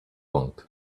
want